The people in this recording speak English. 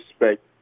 respect